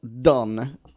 done